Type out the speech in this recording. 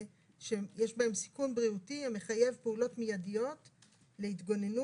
שיש בהם סיכון בריאותי המחייב פעולות מידיות להתגוננות,